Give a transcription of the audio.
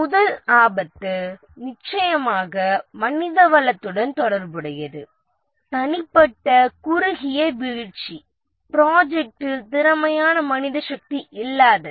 முதல் ஆபத்து நிச்சயமாக மனிதவளத்துடன் தொடர்புடையது தனிப்பட்ட குறுகிய வீழ்ச்சி ப்ராஜெக்ட்டில் திறமையான மனித சக்தி இல்லாதது